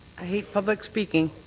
i hate public speaking.